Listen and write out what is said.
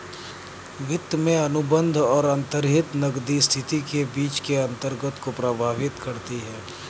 वित्त में अनुबंध और अंतर्निहित नकदी स्थिति के बीच के अंतर को प्रभावित करता है